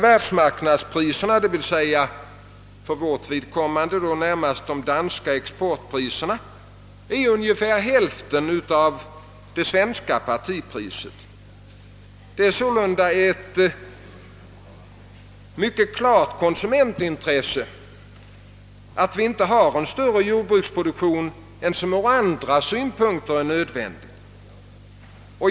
Världsmarknadspriserna, d.v.s. för vårt vidkommande närmast de danska exportpriserna, utgör ungefär hälften av de svenska partipriserna. Det är sålunda ett mycket klart konsumentintresse, att vi inte har en större produktion än som från andra synpunkter är nödvändig.